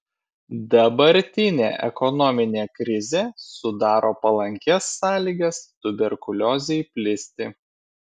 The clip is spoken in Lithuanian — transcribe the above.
dabartinė ekonominė krizė sudaro palankias sąlygas tuberkuliozei plisti